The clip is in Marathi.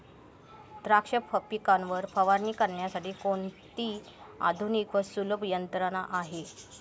द्राक्ष पिकावर फवारणी करण्यासाठी कोणती आधुनिक व सुलभ यंत्रणा आहे?